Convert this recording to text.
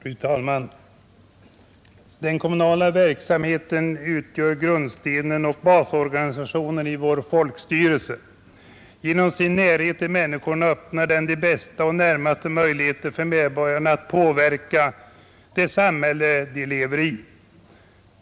Fru talman! Den kommunala verksamheten utgör grundstenen och basorganisationen i vår folkstyrelse. Genom sin närhet till människorna öppnar den de bästa och närmaste möjligheter för medborgarna att påverka det samhälle de lever i.